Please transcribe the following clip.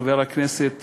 וחבר הכנסת,